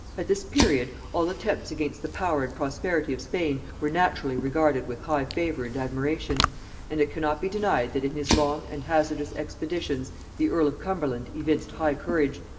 at this period, all attempts against the power and prosperity of spain were naturally regarded with high favor and admiration and it cannot be denied that in his long and hazardous expeditions the earl of cumberland evinced high courage,